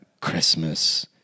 Christmas